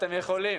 אתם יכולים.